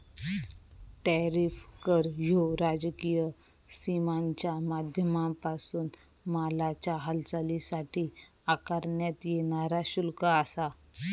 tariff कर ह्यो राजकीय सीमांच्या माध्यमांपासून मालाच्या हालचालीसाठी आकारण्यात येणारा शुल्क आसा